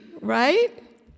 right